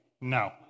No